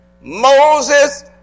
Moses